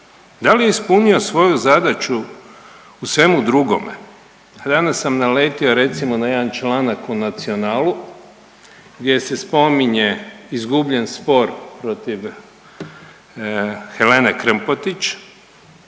Da li je ispunio svoju zadaću u svemu drugome? Danas sam naletio recimo na jedan članak u Nacionalu gdje se spominje izgubljen spor protiv Helene Krmpotić